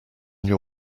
your